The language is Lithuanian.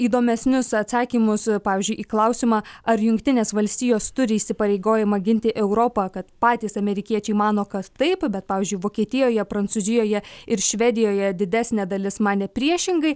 įdomesnius atsakymus pavyzdžiui į klausimą ar jungtinės valstijos turi įsipareigojimą ginti europą kad patys amerikiečiai mano kad taip bet pavyzdžiui vokietijoje prancūzijoje ir švedijoje didesnė dalis manė priešingai